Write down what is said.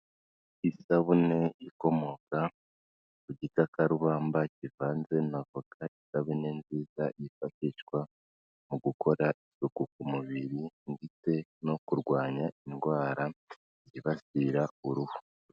Isabune ikomoka ku gitakakarubamba kivanze na avoka, isabune nziza yifashishwa mu gukora isuku ku mubiri ndetse no kurwanya zibasira uruhu.